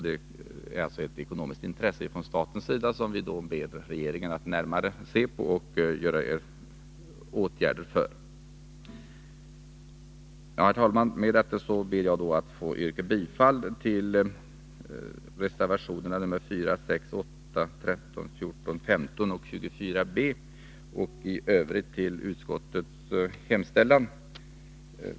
Det är alltså ett ekonomiskt intresse för staten, och vi ber regeringen att närmare se på det och vidta åtgärder. Herr talman! Med detta ber jag att få yrka bifall till reservationerna 4, 6,8, 13, 14, 15 och 24 b och i övrigt till utskottets hemställan.